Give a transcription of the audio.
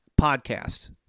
podcast